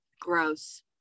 gross